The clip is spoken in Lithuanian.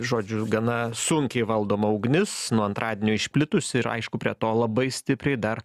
žodžiu gana sunkiai valdoma ugnis nuo antradienio išplitusi ir aišku prie to labai stipriai dar